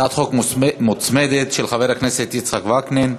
הצעת חוק מוצמדת, של חבר הכנסת יצחק וקנין.